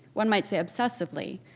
one might say obsessively,